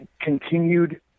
continued